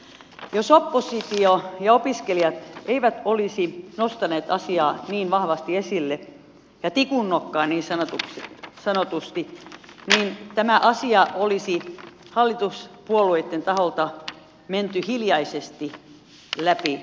jos oppositio ja opiskelijat eivät olisi nostaneet asiaa niin vahvasti esille ja tikun nokkaan niin sanotusti niin tämä asia olisi hallituspuolueitten taholta menty hiljaisesti läpi